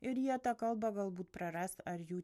ir jie tą kalbą galbūt praras ar jų